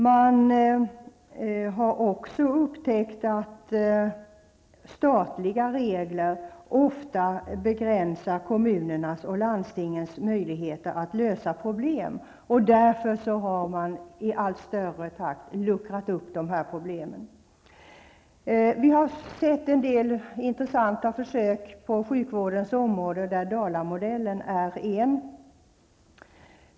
Man har också upptäckt att statliga regler ofta begränsar kommunernas och landstingens möjligheter att lösa problem. Därför har man i allt snabbare takt luckrat upp de här problemen. Vi har sett en del intressanta försök på sjukvårdsområdet, där Dalamodellen är ett.